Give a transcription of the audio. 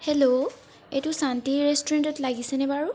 hello এইটো শান্তি ৰেষ্টুৰেণ্টত লাগিছেনে বাৰু